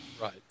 Right